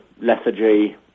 lethargy